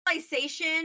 civilization